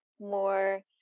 more